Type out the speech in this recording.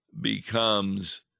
becomes